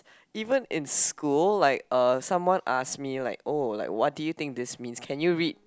even in school like uh someone ask me like oh what do you think this means can you read